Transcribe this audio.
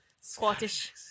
Scottish